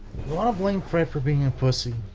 want to blame fred for being a pussy?